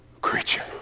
creature